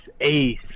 ace